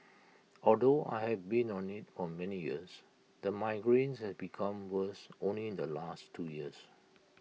although I have been on IT on many years the migraines have become worse only in the last two years